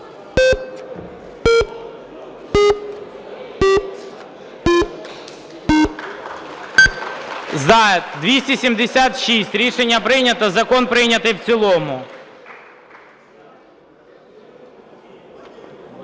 За-276 Рішення прийнято. Закон прийнятий в цілому.